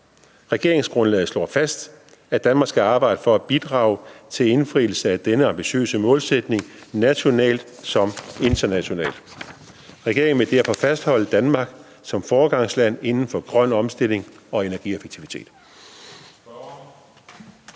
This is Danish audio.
Regeringsgrundlaget slår fast, at Danmark skal arbejde for at bidrage til indfrielse af denne ambitiøse målsætning nationalt som internationalt. Regeringen vil derfor fastholde Danmark som foregangsland inden for grøn omstilling og energieffektivitet.